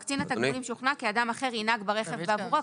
קצין התגמולים שוכנע כי אדם אחר ינהג ברכב בעבורו.